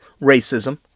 Racism